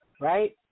Right